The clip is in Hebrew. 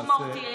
שהוא מהותי,